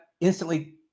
instantly